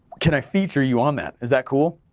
can i feature you on that, is that cool?